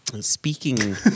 Speaking